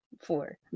four